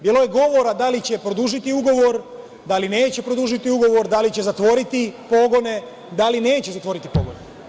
Bilo je govora da li će produžiti ugovor, da li neće produžiti ugovor, da li će zatvoriti pogone, da li neće zatvoriti pogone.